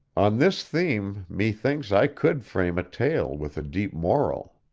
on this theme methinks i could frame a tale with a deep moral.